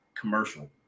commercial